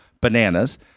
Bananas